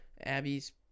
Abby's